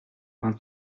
vingt